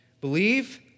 Believe